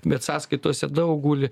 bet sąskaitose daug guli